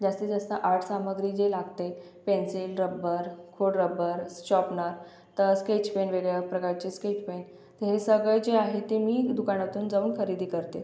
जास्तीत जास्त आर्ट सामग्री जे लागते पेन्सिल रब्बर खोडरब्बर शार्पनर तर स्केच पेन वेगवेगळ्या प्रकारचे स्केच पेन तर हे सगळं जे आहे ते मी दुकानातून जाऊन खरेदी करते